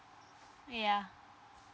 yeah